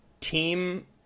team